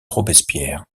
robespierre